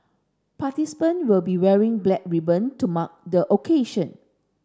participant will be wearing black ribbon to mark the occasion